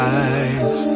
eyes